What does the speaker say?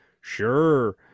Sure